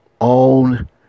own